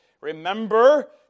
Remember